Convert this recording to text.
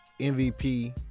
MVP